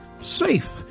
safe